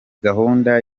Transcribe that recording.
gahunda